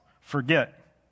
forget